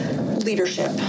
leadership